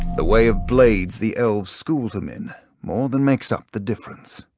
the way of blades the elves schooled him in more than makes up the difference.